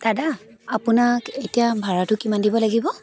দাদা আপোনাক এতিয়া ভাৰাটো কিমান দিব লাগিব